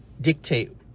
dictate